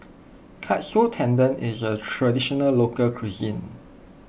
Katsu Tendon is a Traditional Local Cuisine